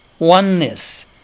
Oneness